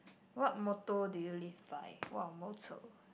what motto do you live by what motto